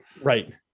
right